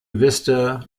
vista